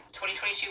2022